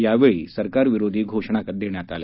यावेळी सरकारविरोधी घोषणाही देण्यात आल्या